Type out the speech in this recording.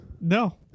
No